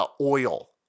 oil